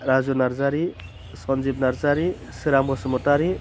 Raju Narzary Sanjib Narzary Sorang Basumatary